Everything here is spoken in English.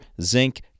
zinc